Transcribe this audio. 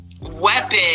weapon